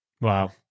Wow